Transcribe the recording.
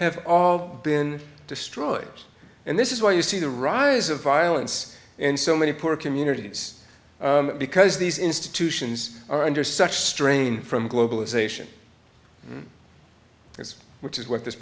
have all been destroyed and this is why you see the rise of violence in so many poor communities because these institutions are under such strain from globalization this which is what this